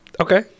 Okay